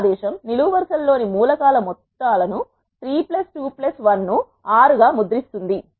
ఈ ఆదేశం నిలువు వరుస ల లోని మూల కాల మొత్తాలను 3 2 1ను 6 గా ముద్రిస్తుంది